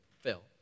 fail